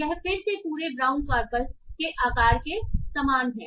यह फिर से पूरे ब्राउन कॉर्पस के आकार के समान है